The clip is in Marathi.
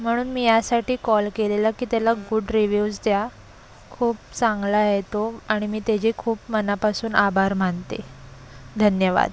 म्हणून मी यासाठी कॉल केलेला की त्याला गुड रिव्यूज द्या खूप चांगला आहे तो आणि मी त्याचे खूप मनापासून आभार मानते धन्यवाद